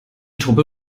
truppe